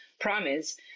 promise